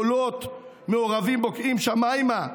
קולות מעורבים בוקעים השמימה,